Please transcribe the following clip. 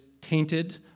tainted